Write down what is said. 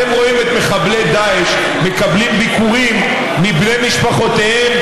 אתם רואים את מחבלי דאעש מקבלים ביקורים מבני משפחותיהם